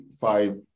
five